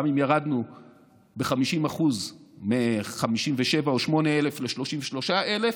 גם אם ירדנו ב-50% מ-57,000 או מ-58,000 ל-33,000,